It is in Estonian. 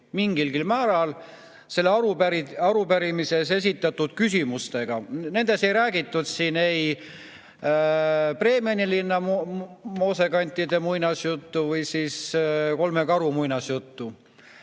mingilgi määral arupärimises esitatud küsimustega. Nendes ei räägitud ei Breemeni linna moosekantide muinasjuttu ega kolme karu muinasjuttu.